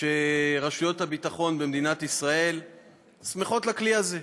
שרשויות הביטחון במדינת ישראל שמחות לכלי הזה,